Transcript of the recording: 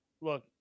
Look